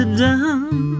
done